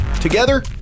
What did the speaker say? Together